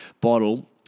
bottle